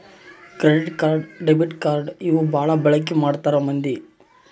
credit card debit card ಇವು ಬಾಳ ಬಳಿಕಿ ಮಾಡ್ತಾರ ಮಂದಿ